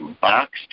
boxed